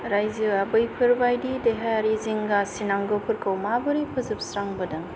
रायजोआ बैफोरबायदि देहायारि जिंगा सिनांगौफोरखौ माबोरै फोजोबस्रांबोदों